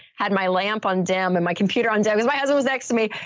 had my lamp on dim and my computer on dim because my husband was next to me.